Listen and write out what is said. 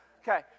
Okay